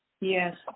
Yes